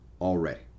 already